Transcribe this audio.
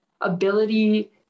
ability